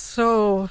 so